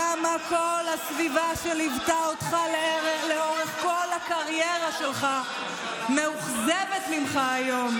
כמה כל הסביבה שליוותה אותך לאורך כל הקריירה שלך מאוכזבת ממך היום.